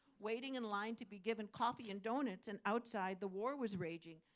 waiting in line to be given coffee and donuts. and outside the war was raging.